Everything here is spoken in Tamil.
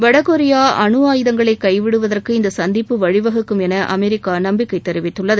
வடகொரியா அணு ஆபுதங்களை கைவிடுவதற்கு இந்த சந்திப்பு வழி வகுக்கும் என அமெரிக்கா நம்பிக்கை தெரிவித்குள்ளது